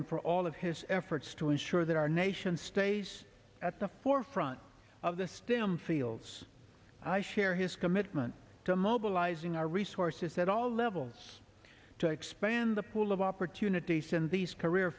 and for all of his efforts to ensure that our nation stays at the forefront of the stem fields i share his commitment to mobilizing our resources at all levels to expand the pool of opportunities in these career